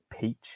peach